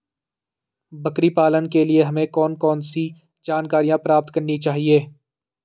बकरी पालन के लिए हमें कौन कौन सी जानकारियां प्राप्त करनी चाहिए?